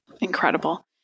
Incredible